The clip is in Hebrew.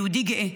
יהודי גאה.